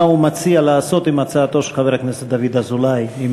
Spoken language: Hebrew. הוא מציע לעשות עם הצעתו של חבר הכנסת דוד אזולאי,